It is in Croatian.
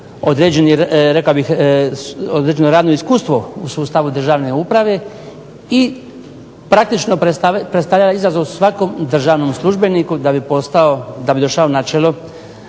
određeno radno iskustvo u sustavu državne uprave i praktički predstavljala izazov svakom državnom službeniku da bi postao, da